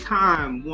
time